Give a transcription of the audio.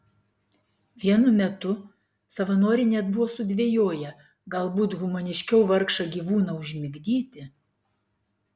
vienu metu savanoriai net buvo sudvejoję galbūt humaniškiau vargšą gyvūną užmigdyti